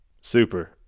Super